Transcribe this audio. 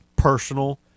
Personal